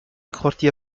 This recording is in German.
quartier